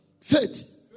faith